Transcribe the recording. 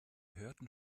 hörten